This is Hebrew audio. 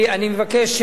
אני מבקש,